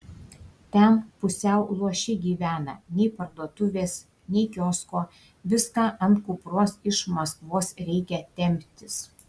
ten pusiau luoši gyvena nei parduotuvės nei kiosko viską ant kupros iš maskvos reikia temptis